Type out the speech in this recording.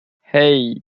hey